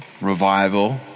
revival